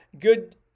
good